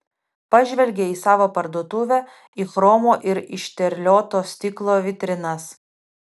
pažvelgė į savo parduotuvę į chromo ir išterlioto stiklo vitrinas